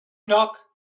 knock